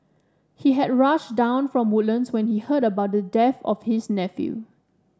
he had rushed down from Woodlands when he heard about the death of his nephew